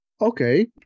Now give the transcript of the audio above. Okay